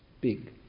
big